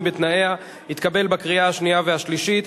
בתנאיה) התקבלה בקריאה שנייה ובקריאה שלישית,